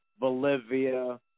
Bolivia